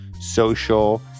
social